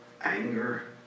anger